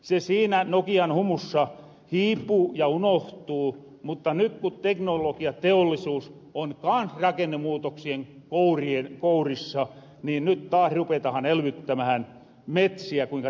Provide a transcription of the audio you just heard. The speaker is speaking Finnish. se siinä nokian humussa hiipu ja unohtuu mutta nyt ku teknologiateollisuus on kans rakennemuutoksien kourissa niin nyt taas ruvetahan elvyttämähän metsiä kuinka tärkeitä ne on